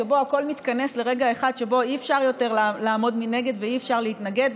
שבהם הכול מתכנס לרגע אחד שבו אי-אפשר יותר לעמוד מנגד ואי-אפשר להתנגד,